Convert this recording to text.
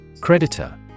Creditor